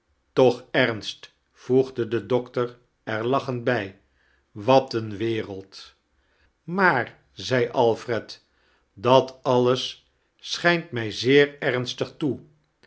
tooh ernst voegde de doctor er lachend bij wat een weireld maar zei alfred dat alles schijnt mij zeer ematig toe